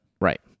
Right